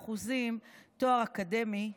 ולכ-66% תואר אקדמי,